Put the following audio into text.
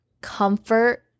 comfort